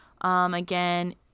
Again